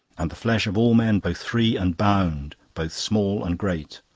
and the flesh of all men, both free and bond, both small and great